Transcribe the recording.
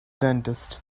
dentist